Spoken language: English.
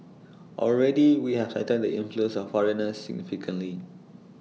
already we have tightened the inflows of foreigners significantly